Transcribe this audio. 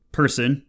person